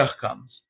comes